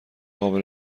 قابل